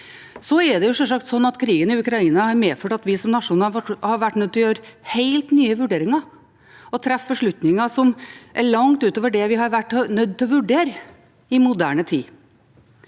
gjelder mottak av flyktninger. Krigen i Ukraina har selvsagt medført at vi som nasjon har vært nødt til å gjøre helt nye vurderinger og treffe beslutninger som går langt utover det vi har vært nødt til å vurdere i moderne tid.